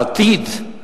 העתיד,